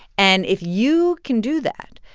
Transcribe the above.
and if you can do that,